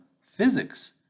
physics